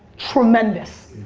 tremendous.